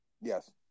yes